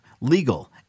legal